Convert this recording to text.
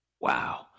Wow